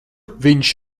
viņš